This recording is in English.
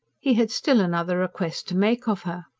he had still another request to make of her.